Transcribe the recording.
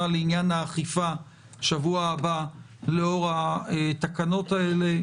לעניין האכיפה שבוע הבא לאור התקנות האלה.